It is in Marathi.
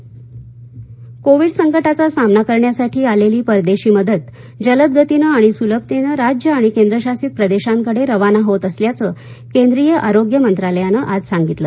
मदत कोविड संकटाचा सामना करण्यासाठी आलेली परदेशी मदत जलद गतीनं आणि सुलभतेनं राज्य आणि केंद्रशासित प्रदेशांकडे रवाना होत असल्याचं केंद्रीय आरोग्य मंत्रालयानं आज सांगितलं